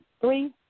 three